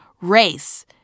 race